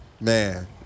Man